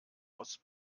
aus